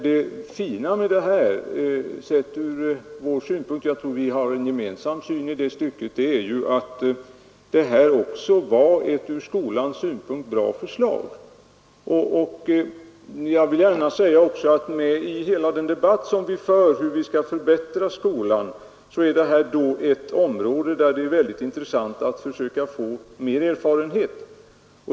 Det fina med detta försök ur vår synpunkt — och jag tror att vi har en gemensam syn i det stycket — är att det var bra även för skolans vidkommande. Jag vill också gärna säga att det här är ett område i hela den debatt som vi för om hur vi skall förbättra skolan där det är intressant att försöka få mera erfarenhet.